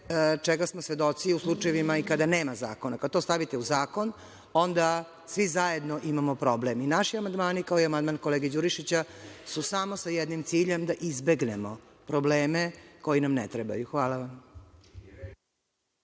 čega smo svedoci u slučajevima i kada nema zakona. Kad to stavite u zakon, onda svi zajedno imamo problem. I naši amandmani, kao i amandman kolege Đurišića su samo sa jednim ciljem, da izbegnemo probleme koji nam ne trebaju. Hvala.